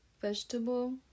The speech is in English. Vegetable